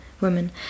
women